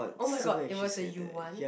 oh-my-god is was a you want